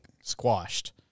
squashed